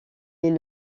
est